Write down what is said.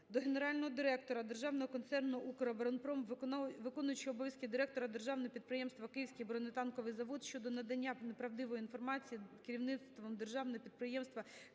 до генерального директора Державного концерну "Укроборонпром", виконувача обов'язків директора Державного підприємства "Київський бронетанковий завод" щодо надання неправдивої інформації керівництвом Державного підприємства "Київський бронетанковий завод"